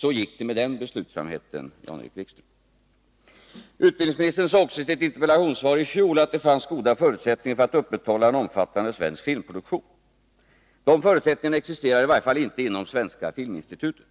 Så gick det med den beslutsamheten, Jan-Erik Wikström! Vidare sade utbildningsministern i ett interpellationssvar i fjol att det fanns goda förutsättningar för att upprätthålla en omfattande svensk filmproduktion. — De förutsättningarna existerar i varje fall inte inom Svenska filminstitutet.